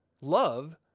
love